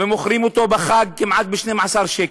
ומוכרים אותו בחג כמעט ב-12 שקל.